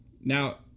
now